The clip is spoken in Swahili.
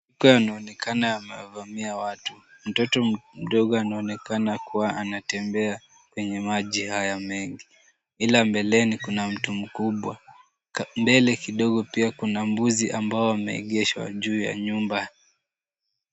Yanaonekana yamevamia watu. Mtoto mdogo anaonekana kuwa anatembea kwenye maji haya mengi, ila mbeleni kuna mtu mkubwa. Mbele kidogo pia kuna mbuzi ambao wanaingishwa juu ya nyumba.